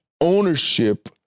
ownership